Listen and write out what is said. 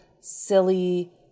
silly